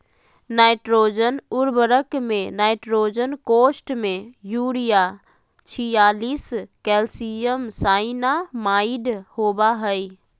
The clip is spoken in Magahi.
नाइट्रोजन उर्वरक में नाइट्रोजन कोष्ठ में यूरिया छियालिश कैल्शियम साइनामाईड होबा हइ